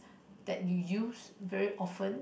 that you use very often